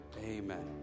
Amen